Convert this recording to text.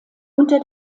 unter